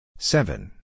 Seven